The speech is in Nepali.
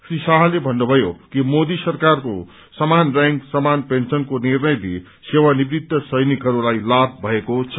श्री शाहले भन्नुभयो मिक मोदी सरकारको समान र्यांक समान पेन्शनको निर्णयले सेवानिवृत सैनिकहरूलाई लाभ भएको छ